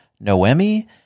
Noemi